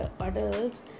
adults